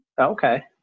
Okay